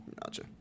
Gotcha